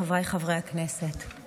חבריי חברי הכנסת,